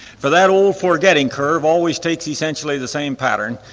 for that old forgetting curve always takes essentially the same pattern.